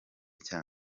cya